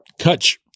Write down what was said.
Kutch